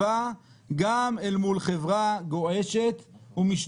במהלך סוף השבוע גם השתכנעתי לא לבנות יותר מדי על סעד מבג"ץ.